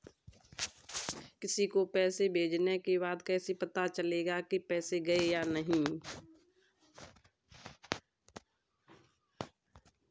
किसी को पैसे भेजने के बाद कैसे पता चलेगा कि पैसे गए या नहीं?